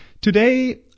Today